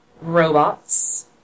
Robots